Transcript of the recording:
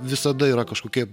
visada yra kažkokie